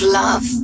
love